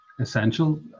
essential